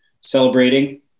celebrating